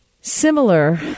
similar